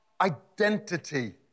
identity